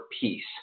peace